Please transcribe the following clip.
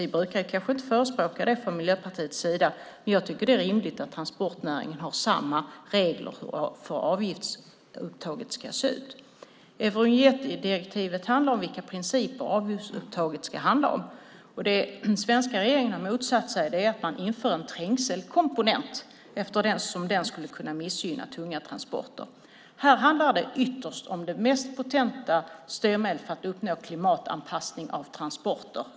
Vi brukar kanske inte förespråka det från Miljöpartiets sida, men jag tycker att det är rimligt att transportnäringen har samma regler för hur avgiftsuttaget ska se ut. Eurovinjettdirektivet gäller vilka principer avgiftsuttaget ska handla om. Det den svenska regeringen har motsatt sig är att man inför en trängselkomponent, eftersom den skulle kunna missgynna tunga transporter. Här handlar det ytterst om det mest potenta styrmedlet för att uppnå klimatanpassning av transporter.